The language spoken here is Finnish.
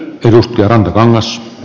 arvoisa puhemies